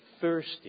thirsty